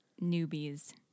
newbies